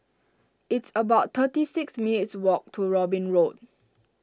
it's about thirty six minutes' walk to Robin Road